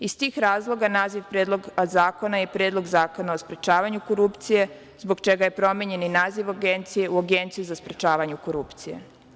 Iz tih razloga naziv Predloga zakona i Predlog zakona o sprečavanju korupcije, zbog čega je i promenjen naziv Agencije u Agenciju za sprečavanje korupcije.